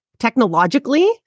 technologically